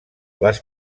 les